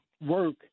work